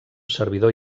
servidor